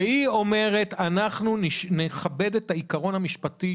היא אומרת שאנחנו נכבד את העיקרון המשפטי,